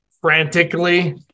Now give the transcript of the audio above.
frantically